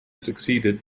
succeeded